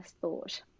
thought